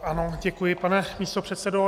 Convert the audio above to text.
Ano, děkuji, pane místopředsedo.